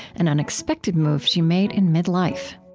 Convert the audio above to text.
an unexpected move she made in mid-life